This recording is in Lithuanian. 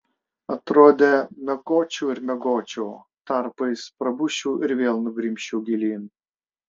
atrodė miegočiau ir miegočiau tarpais prabusčiau ir vėl nugrimzčiau gilyn